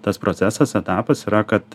tas procesas etapas yra kad